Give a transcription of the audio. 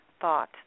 thought